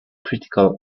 critical